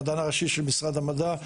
המדען הראשי של משרד המדע,